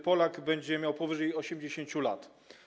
Polak będzie miał powyżej 80 lat.